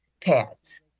pads